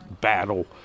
battle